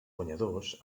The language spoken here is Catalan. guanyadors